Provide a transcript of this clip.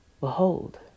Behold